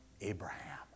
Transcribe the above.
Abraham